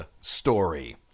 story